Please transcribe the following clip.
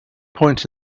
point